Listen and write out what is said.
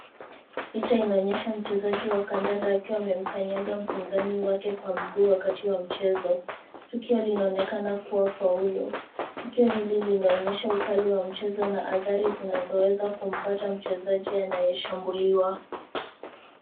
Picha inaonyesha mchezaji wa kandanda akiwa amemkanyaga mpinzani wake kwa mguu wakati wa mchezo. Tukio linaonekana kuwa faulu. Tukio hili linaonyesha ukali wa mchezo na athari zinazoweza kumpata mchezaji anayeshambuliwa.